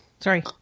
Sorry